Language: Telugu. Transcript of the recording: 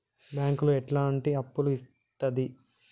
బ్యాంకులు ఎట్లాంటి అప్పులు ఇత్తది?